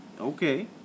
Okay